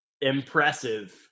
impressive